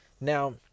Now